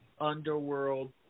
underworld